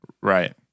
Right